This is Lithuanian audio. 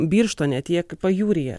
birštone tiek pajūryje